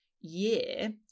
year